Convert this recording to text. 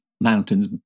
mountains